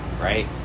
right